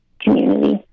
community